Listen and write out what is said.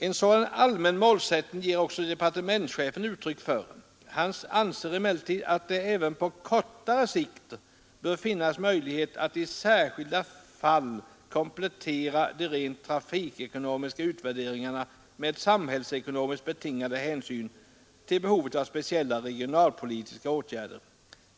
En sådan allmän målsättning ger också departementschefen uttryck för. Han anser emellertid att det även på kortare sikt bör finnas möjlighet att i särskilda fall komplettera de rent trafikekonomiska utvärderingarna med samhällsekonomiskt betingade hänsyn till behovet av speciella regionalpolitiska åtgärder.